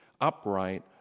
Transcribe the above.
upright